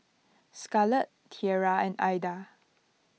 Scarlet Tiera and Aida